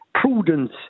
prudence